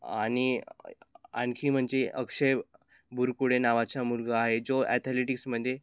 आणि आणखी म्हणजे अक्षय बुरकुडे नावाचा मुलगा आहे जो ॲथलेटिक्समध्ये